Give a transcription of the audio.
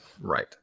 Right